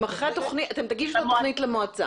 כלומר אתם תגישו את התכנית למועצה.